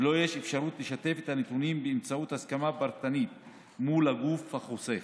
ולו יש אפשרות לשתף את הנתונים באמצעות הסכמה פרטנית מול הגוף החוסה.